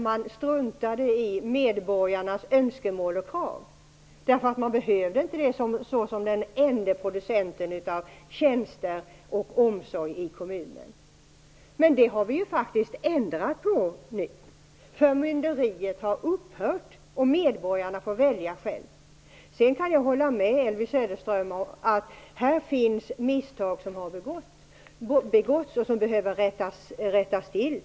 Man struntade i medborgarnas önskemål och krav, därför att man som den enda producenten av tjänster och omsorg i kommunen inte behövde bry sig. Men det har vi faktiskt ändrat på nu. Förmynderiet har upphört, och medborgarna får själva välja. Jag kan dock hålla med Elvy Söderström om att misstag har begåtts här och att man behöver komma till rätta med förhållandena.